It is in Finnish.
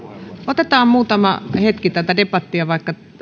otetaan muutama hetki tätä debattia vaikka